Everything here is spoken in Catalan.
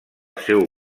seu